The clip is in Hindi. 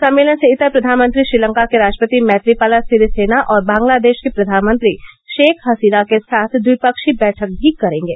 सम्मेलन से इतर प्रधानमंत्री श्रीलंका के राट्रपति मैत्रिपाला सिरीसेना और बांग्लादेश की प्रधानमंत्री ेख हसीना के साथ द्विपक्षीय बैठक भी करेंगे